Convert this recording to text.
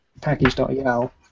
package.el